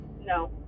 No